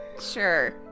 sure